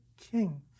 king